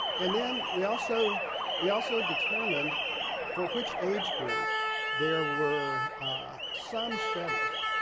and then, we also we also determined for which age group there were some studies.